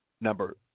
number